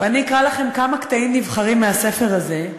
ואני אקרא לכם כמה קטעים נבחרים מהספר הזה,